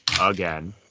again